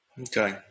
Okay